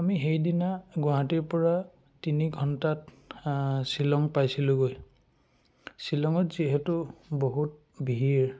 আমি সেইদিনা গুৱাহাটীৰ পৰা তিনি ঘণ্টাত শ্বিলং পাইছিলোঁগৈ শ্বিলঙত যিহেতু বহুত ভিৰ